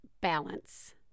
balance